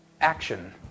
action